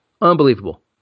Unbelievable